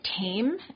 tame